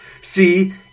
See